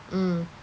mm